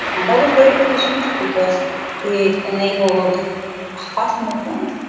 and that was very efficient because it enabled fast movement,